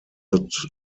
that